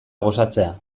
gozatzea